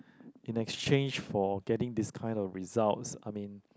in exchange for getting this kind of results I mean